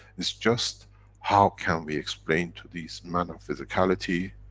it's just how can we explain to these man of physicality,